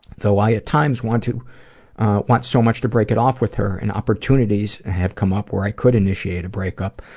though i at times want to want so much to break it off with her, and opportunities have come up where i could initiate a break-up,